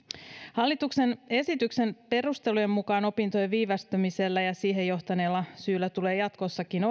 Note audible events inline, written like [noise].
hallituksen esityksen perustelujen mukaan opintojen viivästymisellä ja siihen johtaneella syyllä tulee jatkossakin [unintelligible]